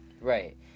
right